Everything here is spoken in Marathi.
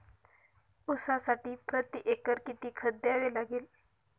ऊसासाठी प्रतिएकर किती खत द्यावे लागेल?